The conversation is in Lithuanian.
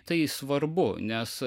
tai svarbu nes